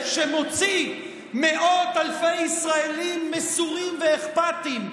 שמוציא מאות אלפי ישראלים מסורים ואכפתיים,